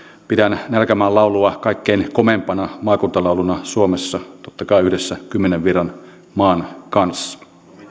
pidän nälkämaan laulua kaikkein komeimpana maakuntalauluna suomessa totta kai yhdessä kymmenen virran maan kanssa